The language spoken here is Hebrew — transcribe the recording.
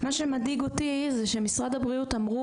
מה שמדאיג אותי זה שמשרד הבריאות אמרו